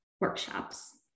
workshops